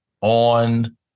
on